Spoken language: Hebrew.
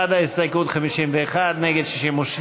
בעד ההסתייגות, 51, נגד, 62,